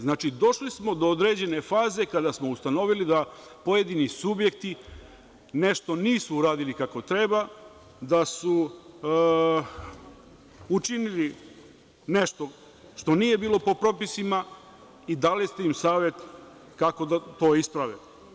Znači, došli smo do određene faze kada smo ustanovili da pojedini subjekti nešto nisu uradili kako treba, da su učinili nešto što nije bilo po propisima i dali ste im savet kako da to isprave.